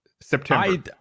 september